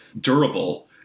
durable